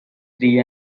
three